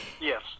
Yes